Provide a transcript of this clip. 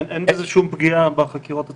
אין בזה שום פגיעה בחקירות עצמן,